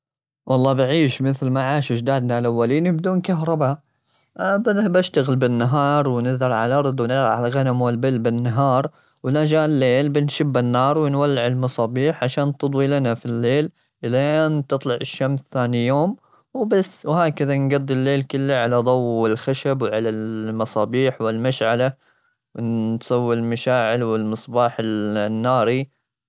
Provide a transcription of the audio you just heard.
والله بعيش مثل ما عاش أجدادنا الأولين بدون كهربا. بذهب أشتغل بالنهار، ونزرع عالأرض، ونرعى الغنم والبل بالنهار. ولو جا الليل، بنشب النار ونولع المصابيح عشان تضوي لنا في الليل. إلين تطلع الشمس ثاني يوم وبس، وهكذا نقضي الليل كله على ضوء الخشب وعلى المصابيح والمشعلة. نسوي المشاعل والمصباح الناري.